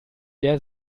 der